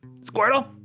Squirtle